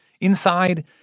Inside